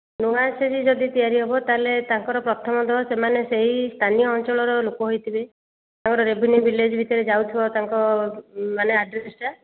ନୂଆ S H G ଯଦି ତିଆରି ହେବ ତା'ହେଲେ ତାଙ୍କର ପ୍ରଥମତଃ ସେମାନେ ସେହି ସ୍ଥାନୀୟ ଅଞ୍ଚଳର ଲୋକ ହୋଇଥିବେ ତାଙ୍କର ରେଭିନ୍ୟୁ ଭିଲେଜ୍ ଭିତରେ ଯାଉଥିବ ତାଙ୍କ ମାନେ ଆଡ଼୍ରେସ୍ଟା